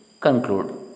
conclude